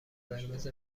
قرمز